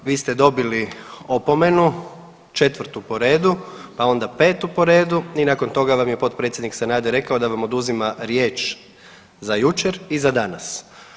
Vi ste dobili opomenu četvrtu po redu, pa onda petu po redu i nakon toga vam je potpredsjednik Sanader rekao da vam oduzima riječ za jučer i za danas.